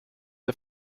der